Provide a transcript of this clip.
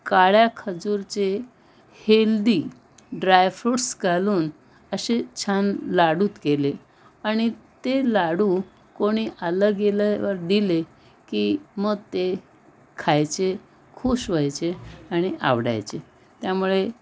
काळ्या खजूराचे healthy dry fruits घालून असे छान लाडू केले आणि ते लाडू कोणी आलं गेलं वर दिले की मग ते खायचे खूश व्हायचे आणि आवडायचे त्यामुळे